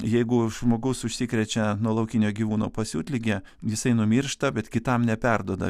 jeigu žmogus užsikrečia nuo laukinio gyvūno pasiutlige jisai numiršta bet kitam neperduoda